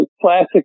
classic